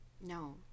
no